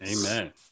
Amen